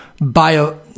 bio